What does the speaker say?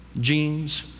jeans